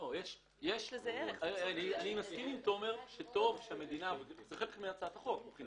זה חלק מהצעת החוק.